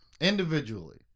Individually